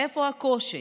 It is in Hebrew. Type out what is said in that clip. איפה הקושי.